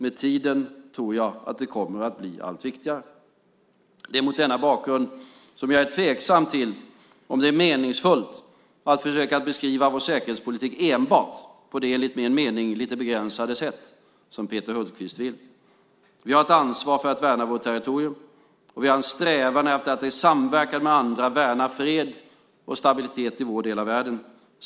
Med tiden tror jag att det kommer att bli allt viktigare. Det är mot denna bakgrund som jag är tveksam till om det är meningsfullt att försöka beskriva vår säkerhetspolitik enbart på det enligt min mening lite begränsade sätt som Peter Hultqvist vill. Vi har ett ansvar för att värna vårt territorium, och vi har en strävan efter att i samverkan med andra värna fred och stabilitet i vår del av världen.